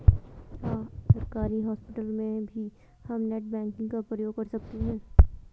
क्या सरकारी हॉस्पिटल में भी हम नेट बैंकिंग का प्रयोग कर सकते हैं?